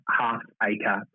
half-acre